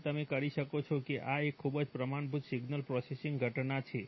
તેથી તમે કરી શકો છો કે આ એક ખૂબ જ પ્રમાણભૂત સિગ્નલ પ્રોસેસિંગ ઘટના છે